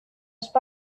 spy